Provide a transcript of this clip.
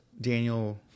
Daniel